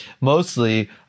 mostly